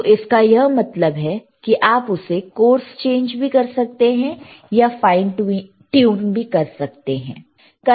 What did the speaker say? तो इसका यह मतलब है कि आप उसे कोर्स चेंज भी कर सकते हैं या फाइन ट्यून भी कर सकते हैं